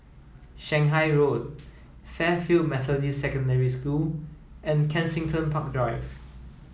Shanghai Road Fairfield Methodist Secondary School and Kensington Park Drive